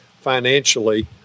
financially